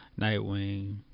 Nightwing